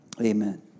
Amen